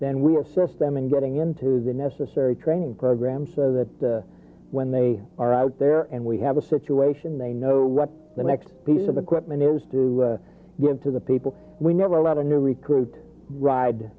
then we assist them in getting into the necessary training program so that when they are out there and we have a situation they know what the next piece of equipment is to give to the people we never let a new recruit